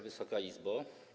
Wysoka Izbo!